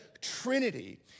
Trinity